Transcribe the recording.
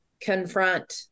confront